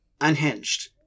Unhinged